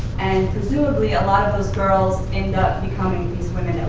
and presumably, a lot of those girls end up becoming these women